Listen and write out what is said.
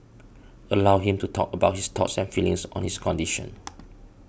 allow him to talk about his thoughts and feelings on his condition